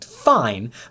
Fine